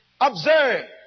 observe